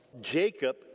Jacob